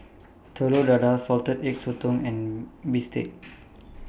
Telur Dadah Salted Egg Sotong and Bistake